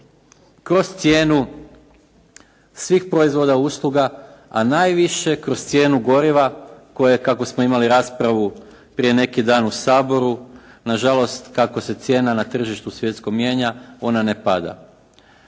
kroz cijenu svih proizvoda, usluga, a najviše kroz cijenu goriva koje je, kako smo imali raspravu prije neki dan u Saboru, na žalost kako se cijena na tržištu svjetskom mijenja, ona ne pada.